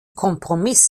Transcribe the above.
kompromiss